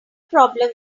problem